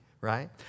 right